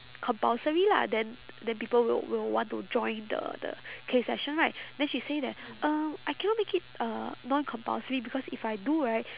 compulsory lah then then people will will want to join the the K session right then she say that um I cannot make it uh non compulsory because if I do right